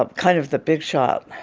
ah kind of the big shop.